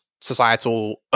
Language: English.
societal